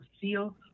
seal